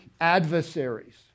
adversaries